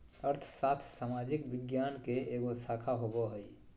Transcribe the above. अर्थशास्त्र सामाजिक विज्ञान के एगो शाखा होबो हइ